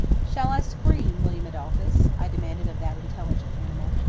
shall i scream, william adolphus? i demanded of that intelligent animal.